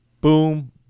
boom